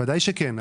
בוודאי שכן,